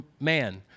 man